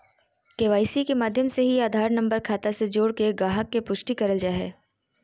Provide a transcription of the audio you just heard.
KYC के माध्यम से ही आधार नम्बर खाता से जोड़के गाहक़ के पुष्टि करल जा हय